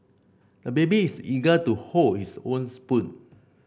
the baby is eager to hold his own spoon